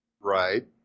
Right